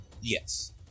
Yes